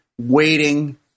waiting